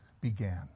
began